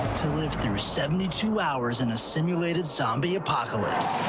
to live through seventy two hours in a simulated zombie apocalypse.